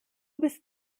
bist